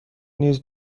نیز